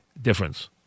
Difference